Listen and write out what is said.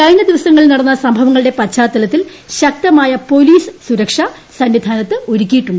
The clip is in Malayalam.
കഴിഞ്ഞ ദിവസങ്ങളിൽ നടന്ന സംഭവങ്ങളുടെ പശ്ചാത്തലത്തിൽ ശക്തമായ പോലീസ് സുരക്ഷ സന്നിധാനത്ത് ഒരുക്കിയിട്ടുണ്ട്